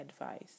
advice